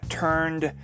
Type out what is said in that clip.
turned